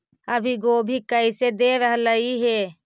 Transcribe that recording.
अभी गोभी कैसे दे रहलई हे?